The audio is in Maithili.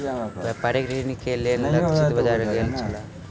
व्यापारिक ऋण के ओ लक्षित बाजार गेल छलाह